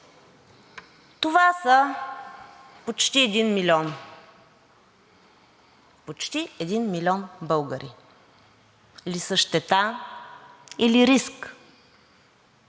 милион. Почти един милион българи ли са щета или риск?